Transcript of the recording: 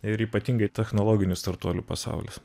ir ypatingai technologinių startuolių pasaulis